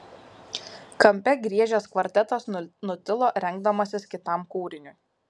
kampe griežęs kvartetas nutilo rengdamasis kitam kūriniui